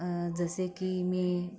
जसे की मी